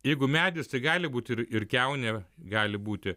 jeigu medis tai gali būti ir ir kiaunė gali būti